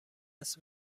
است